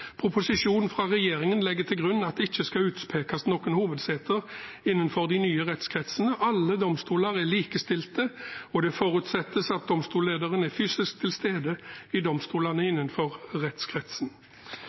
Proposisjonen fra regjeringen legger til grunn at det ikke skal utpekes noen hovedseter innenfor de nye rettskretsene. Alle domstoler er likestilte, og det forutsettes at domstollederen er fysisk tilstede i domstolene